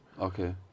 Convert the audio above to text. Okay